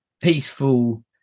peaceful